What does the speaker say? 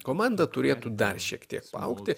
komanda turėtų dar šiek tiek paaugti